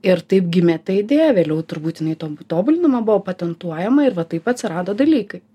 ir taip gimė ta idėja vėliau turbūt jinai to tobulinama buvo patentuojama ir va taip atsirado dalykai